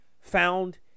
found